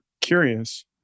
curious